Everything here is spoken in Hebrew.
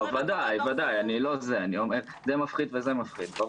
ודאי - זה מפחיד וזה מפחיד.